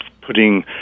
putting